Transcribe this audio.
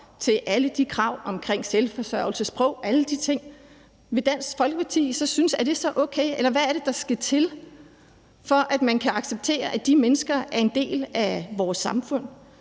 så synes, det er okay? Eller hvad er det, der skal til, for at man kan acceptere, at de mennesker er en del af vores samfund?